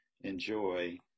enjoy